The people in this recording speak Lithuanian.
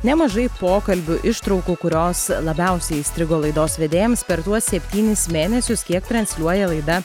nemažai pokalbių ištraukų kurios labiausiai įstrigo laidos vedėjams per tuos septynis mėnesius kiek transliuoja laida